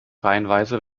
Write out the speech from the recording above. reihenweise